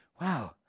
Wow